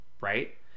Right